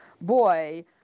Boy